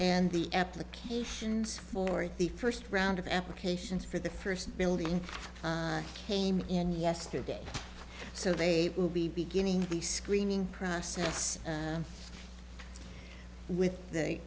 and the applications for it the first round of applications for the first building came in yesterday so they will be beginning the screening process with the